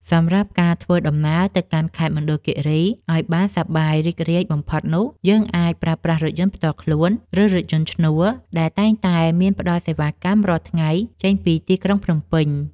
សម្រាប់ការធ្វើដំណើរទៅកាន់ខេត្តមណ្ឌលគីរីឱ្យបានសប្បាយរីករាយបំផុតនោះយើងអាចប្រើប្រាស់រថយន្តផ្ទាល់ខ្លួន ឬ រថយន្តឈ្នួលដែលតែងតែមានផ្តល់សេវាកម្មរាល់ថ្ងៃចេញពីទីក្រុងភ្នំពេញ។